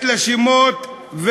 בדרום,